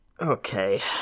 Okay